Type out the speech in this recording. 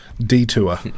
detour